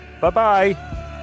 Bye-bye